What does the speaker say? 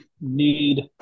need